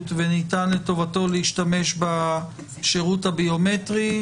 וניתן לטובתו להשתמש בשירות הביומטרי,